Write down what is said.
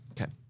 Okay